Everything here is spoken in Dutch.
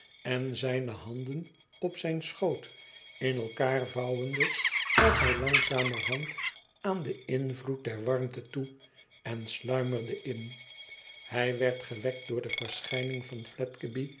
en zijne handen op zijn schoot m elkander vouwende gaf hij langzamerhand aan den invloed der warmte toe en sluimerde in hij werd gewekt door de verschijning van